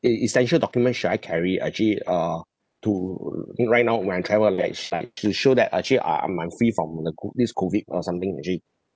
e~ essential document should I carry uh actually uh to right now when I travel like s~ uh to show that uh actually uh I'm I'm free from the co~ this COVID uh something actually